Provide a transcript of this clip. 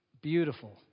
beautiful